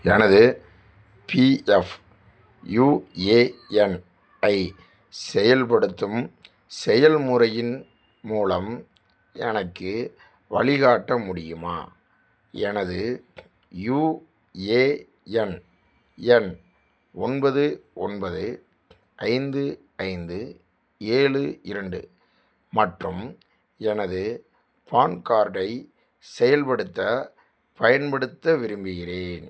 எனது PF UAN ஐ செயல்படுத்தும் செயல்முறையின் மூலம் எனக்கு வழிகாட்ட முடியுமா எனது யுஏஎன் எண் ஒன்பது ஒன்பது ஐந்து ஐந்து ஏழு இரண்டு மற்றும் எனது பான் கார்டை செயல்படுத்த பயன்படுத்த விரும்புகிறேன்